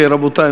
רבותי,